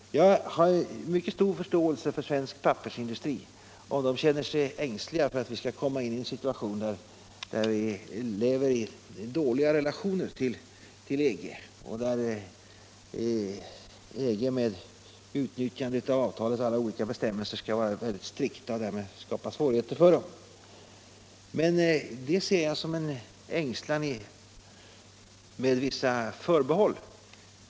Jag har mycket stor förståelse för svensk pappersindustri om man där känner sig ängslig för att vi kommer i en situation, där vi får leva i dåliga relationer till EG och där EG med mycket strikt utnyttjande av avtalets alla bestämmelser kan skapa svårigheter för oss. Men det ser jag som en ängslan med vissa förbehåll.